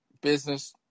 business